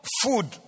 food